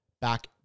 back